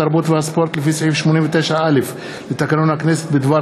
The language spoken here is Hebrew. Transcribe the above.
התרבות והספורט לפי סעיף 89(א) לתקנון הכנסת בדבר